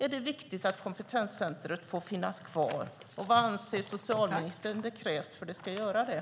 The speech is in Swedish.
Är det viktigt att kompetenscentret får finnas kvar, och vad anser socialministern krävs för att det ska få göra det?